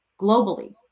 globally